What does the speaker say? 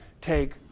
take